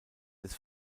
des